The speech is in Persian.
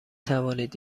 توانید